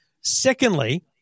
Secondly